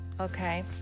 okay